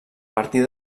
partir